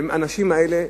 האנשים האלה,